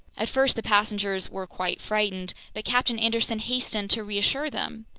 at first the passengers were quite frightened, but captain anderson hastened to reassure them.